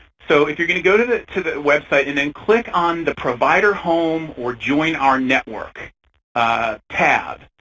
so if you're going to go to the to the website and then click on the provider home or join our network tab.